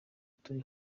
turi